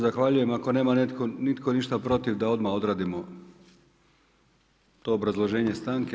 Zahvaljujem, ako nema nitko ništa protiv, da odmah odradimo to obrazloženje stanke?